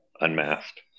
unmasked